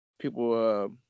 people